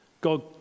God